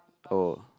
oh